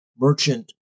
merchant